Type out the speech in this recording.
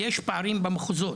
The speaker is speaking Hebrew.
יש פערים במחוזות,